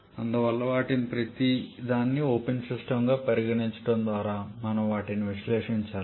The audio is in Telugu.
అందువల్ల వాటిలో ప్రతిదాన్ని ఓపెన్ సిస్టమ్గా పరిగణించడం ద్వారా మనము వాటిని విశ్లేషించాలి